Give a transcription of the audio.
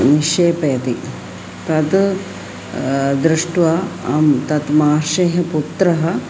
निक्षेपयति तद् दृष्ट्वा आं तस्य महर्षेः पुत्रः